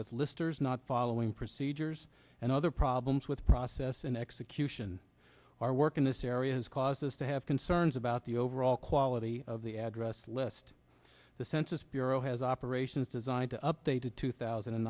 with listers not following procedures and other problems with process and execution our work in this area has caused us to have concerns about the overall quality of the address list the census bureau has operations designed to update to two thousand and